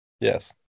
Yes